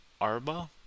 Arba